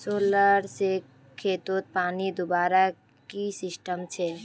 Solar से खेतोत पानी दुबार की सिस्टम छे?